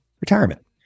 retirement